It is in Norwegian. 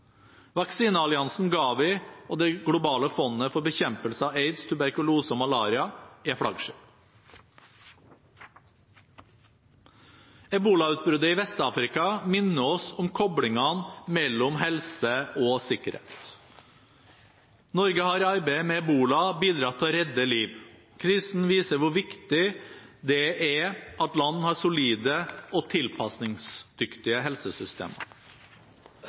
Vaksinealliansen Gavi og Det globale fondet for bekjempelse av aids, tuberkulose og malaria er flaggskip. Ebolautbruddet i Vest-Afrika minner oss om koblingene mellom helse og sikkerhet. Norge har i arbeidet mot ebola bidratt til å redde liv. Krisen viser hvor viktig det er at land har solide og tilpasningsdyktige helsesystemer.